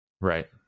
Right